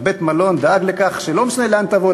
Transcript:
בית-המלון דאג לכך שלא משנה לאן תבוא,